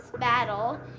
battle